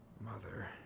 mother